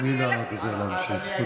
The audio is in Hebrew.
תני לדובר להמשיך.